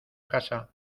casa